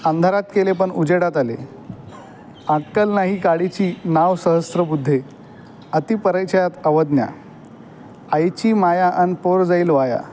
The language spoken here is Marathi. अंधारात केले पन उजेडात आले अक्कल नाही काडीची नाव सहस्रबुद्धे अति परिचयात अवज्ञा आईची माया अन् पोर जाईल वाया